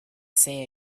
say